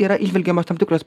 yra įžvelgiamos tam tikros